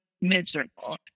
miserable